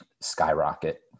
skyrocket